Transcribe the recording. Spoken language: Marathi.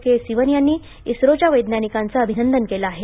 के सिवन यांनी इस्त्रोच्या वैज्ञानिकांचं अभिनंदन केलं आहे